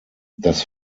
das